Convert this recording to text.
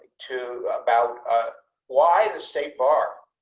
to about why the state bar.